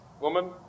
woman